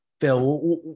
Phil